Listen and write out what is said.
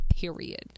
Period